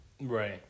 Right